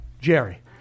jerry